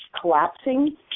collapsing